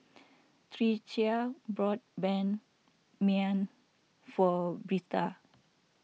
Tricia bought Ban Mian for Birtha